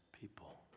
people